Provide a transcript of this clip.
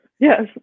Yes